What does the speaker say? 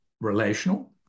relational